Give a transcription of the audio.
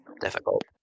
difficult